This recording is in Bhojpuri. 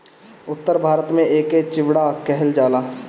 उत्तर भारत में एके चिवड़ा कहल जाला